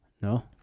No